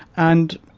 and,